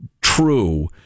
true